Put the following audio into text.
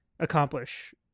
accomplish